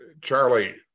Charlie